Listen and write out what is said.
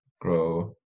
grow